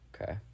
Okay